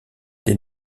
des